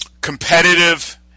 competitive